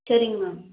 சரிங்க மேம்